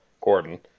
Gordon